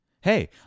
Hey